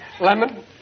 Lemon